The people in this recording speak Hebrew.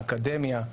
אקדמיה,